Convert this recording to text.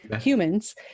humans